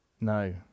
No